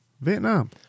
Vietnam